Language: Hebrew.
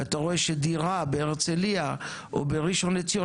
ואתה רואה שדירה בהרצליה או בראשון לציון